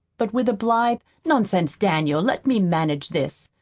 but with a blithe nonsense, daniel, let me manage this!